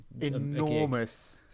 enormous